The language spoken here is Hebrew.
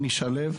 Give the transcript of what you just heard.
אני שליו.